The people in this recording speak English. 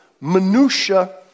minutia